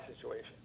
situation